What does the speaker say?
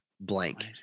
blank